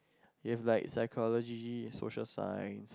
it's have like psychology social science